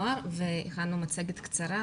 והכנו מצגת קצרה.